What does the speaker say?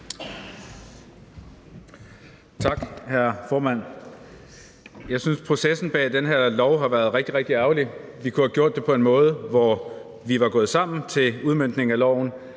Tak, hr. formand. Jeg synes, processen bag den her lov har været rigtig, rigtig ærgerlig. Vi kunne have gjort det på en måde, hvor vi var gået sammen om udmøntningen af loven